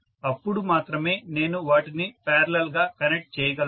అప్పుడు మాత్రమే నేను వాటిని పారలల్ గా కనెక్ట్ చేయగలను